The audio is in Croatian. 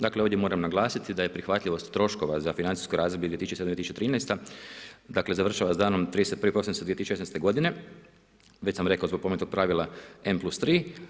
Dakle, ovdje moram naglasiti da je prihvatljivost troškova za financijsko razdoblje 2007.-2013. dakle završava sa danom 31. prosinca 2016. godine već sam rekao zbog spomenutog pravila N+3.